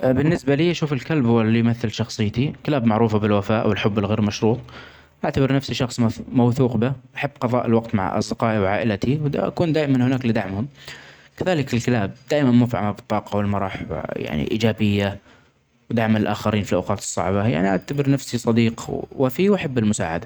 ا بالنسبه لي اشوف الكلب هو اللي يمثل شخصيتي .الكلاب معروفه بالوفاء والحب الغير مشروط, اعتبر نفسي شخص مث_موثوق به, احب قظاء الوقت مع اصدقائئ وعائلتي وده اكون هناك دائما لدعمهم, كذلك الكلاب دايما مفعمه بالطاقه والمرح, و يعني ايجابيه, دعم الاخرين في الاوقات الصعبه, يعني اعتبر نفسي صديق وفي, واحب المساعده.